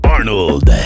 Arnold